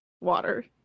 water